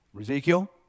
Ezekiel